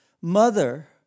Mother